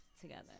together